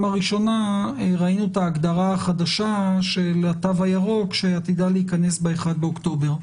הראשונה ראינו את ההגדרה החדשה של התו הירוק שעתידה להיכנס ב-1 באוקטובר.